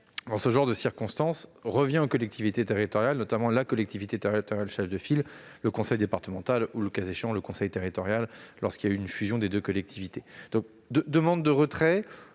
ce genre de circonstances revient aux collectivités territoriales, notamment à la collectivité territoriale chef de file, le conseil départemental ou, le cas échéant, au conseil territorial en cas de fusion des deux collectivités. Je demande donc le retrait